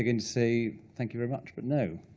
to say thank you very much, but no.